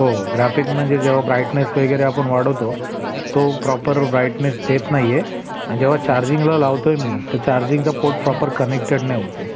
हो ग्राफिक म्हणजे जेव्हा ब्राईटनेस वगैरे आपण वाढवतो तो प्रॉपर ब्राईटनेस देत नाही आहे आणि जेव्हा चार्जिंगला लावतो आहे मी तर चार्जिंगचा पोट प्रॉपर कनेक्टेड नाही होत आहे